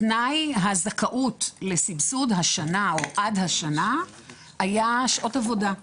תנאי הזכאות לסבסוד השנה או עד השנה היה שעות עבודה.